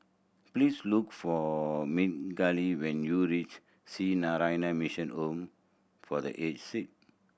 please look for Migdalia when you reach Sree Narayana Mission Home for The Aged Sick